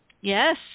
Yes